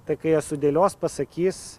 tai kai jie sudėlios pasakys